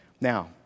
Now